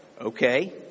Okay